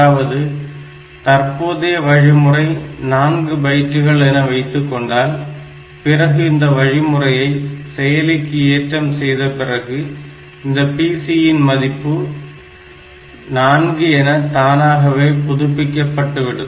அதாவது தற்போதைய வழிமுறை 4 பைட்டுகள் என வைத்துக்கொண்டால் பிறகு இந்த வழிமுறையை செயலிக்கு ஏற்றம் செய்தபிறகு இந்த PC ன் மதிப்பு 4 என தானாகவே புதுப்பிக்கபட்டுவிடும்